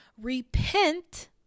repent